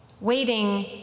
Waiting